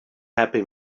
happy